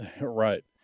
Right